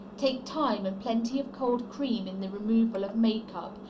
take time and plenty of cold cream in the removal of makeup,